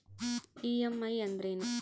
EMI ಅಂದ್ರೇನು?